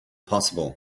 possible